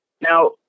Now